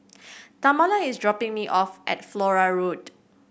Tamala is dropping me off at Flora Road